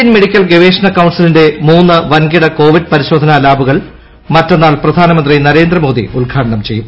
Indian medical ഗവേഷ്ട്രണ് ക്ൌൺസിലിന്റെ മൂന്ന് വൻകിട Covid പരിശ്ശോധിന്റാ ലാബുകൾ മറ്റുന്നാൾ പ്രധാനമന്ത്രി നരേന്ദ്രമോദ്രി ഉദ്ഘാടനം ചെയ്യും